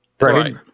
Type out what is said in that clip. right